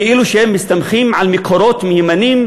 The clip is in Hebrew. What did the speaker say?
כאילו שהם מסתמכים על מקורות מהימנים